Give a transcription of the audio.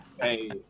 Hey